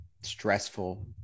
stressful